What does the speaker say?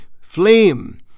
flame